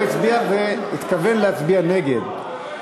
לא הצביע והתכוון להצביע נגד.